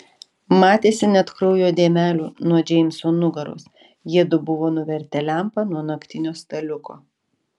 matėsi net kraujo dėmelių nuo džeimso nugaros jiedu buvo nuvertę lempą nuo naktinio staliuko